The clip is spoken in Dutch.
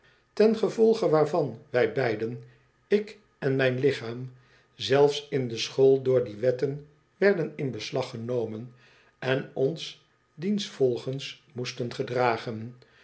ten gevolge waarvan wij beiden ik en mijn lichaam zelfs in de school door die wetten werden in beslag genomen en ons diensvolgens moesten gedragen